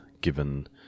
given